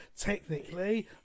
technically